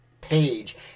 page